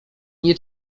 nie